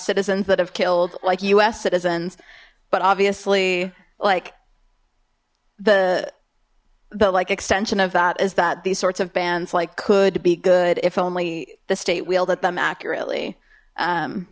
citizens that have killed like us citizens but obviously like the like extension of that is that these sorts of bands like could be good if only the state wheel that them accurately